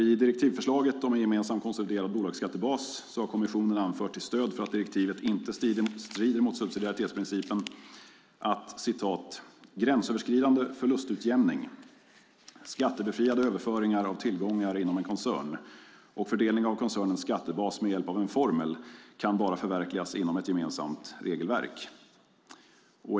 I direktivförslaget om en gemensam konsoliderad bolagsskattebas har kommissionen anfört till stöd för att direktivförslaget inte strider mot subsidiaritetsprincipen att "gränsöverskridande förlustutjämning, skattebefriade överföringar av tillgångar inom en koncern, och fördelning av koncernens skattebas med hjälp av en formel, kan bara förverkligas inom ett gemensamt regelverk".